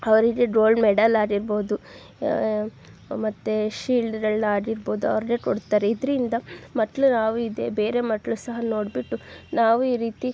ಅವರಿಗೆ gold medal ಆಗಿರ್ಬೋದು ಮತ್ತು ಶೀಲ್ಡ್ಗಳನ್ನ ಆಗಿರ್ಬೋದು ಅವ್ರಿಗೆ ಕೊಡ್ತಾರೆ ಇದರಿಂದ ಮಕ್ಕಳು ನಾವು ಇದೇ ಬೇರೆ ಮಕ್ಕಳು ಸಹ ನೋಡಿಬಿಟ್ಟು ನಾವು ಈ ರೀತಿ